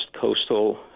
coastal